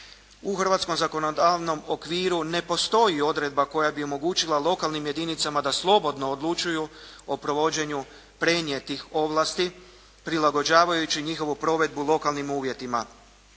U hrvatskom zakonodavnom okviru ne postoji odredba koja bi omogućila lokalnim jedinicama da slobodno odlučuju o provođenju prenijetih ovlasti prilagođavajući njihovu provedbu lokalnim uvjetima.